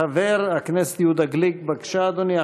חבר הכנסת יהודה גליק, בבקשה, אדוני.